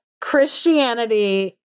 Christianity